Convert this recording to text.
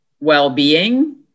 well-being